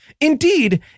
Indeed